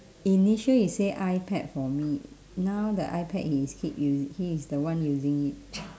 initial he say ipad for me now the ipad is keep usi~ he is the one using it